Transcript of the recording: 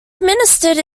administered